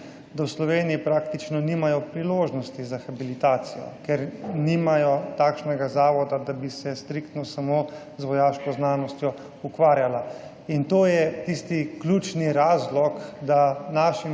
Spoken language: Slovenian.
da v Sloveniji praktično nimajo priložnosti za habilitacijo, ker nimajo takšnega zavoda, ki bi se striktno ukvarjal samo z vojaško znanostjo. In to je tisti ključni razlog, da našim